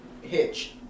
Hitch